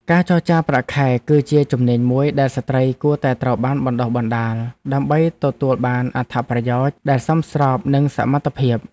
ការចរចាប្រាក់ខែ គឺជាជំនាញមួយដែលស្ត្រីគួរតែត្រូវបានបណ្តុះបណ្តាល ដើម្បីទទួលបានអត្ថប្រយោជន៍ដែលសមស្របនឹងសមត្ថភាព។